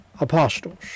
apostles